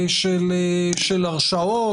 נקודות.